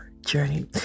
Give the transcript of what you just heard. journey